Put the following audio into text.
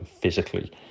physically